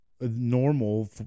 normal